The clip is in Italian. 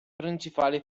principali